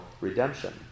redemption